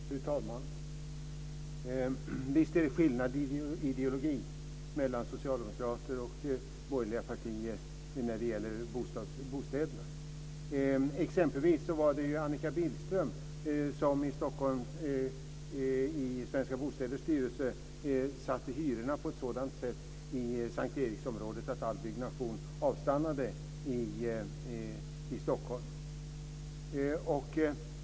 Fru talman! Visst är det skillnad i ideologi mellan socialdemokrater och borgerliga partier när det gäller bostäderna. Exempelvis var det ju Annika Billström i Eriksområdet på ett sådant sätt att all byggnation avstannade i Stockholm.